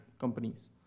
companies